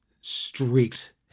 streaked